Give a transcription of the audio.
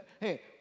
Hey